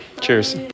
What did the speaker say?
Cheers